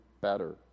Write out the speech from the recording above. better